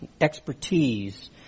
expertise